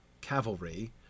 cavalry